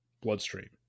bloodstream